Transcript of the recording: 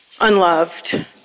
unloved